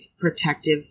protective